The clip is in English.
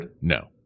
No